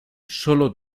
solo